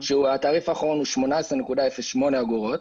התעריף האחרון הוא 18.08 אגורות.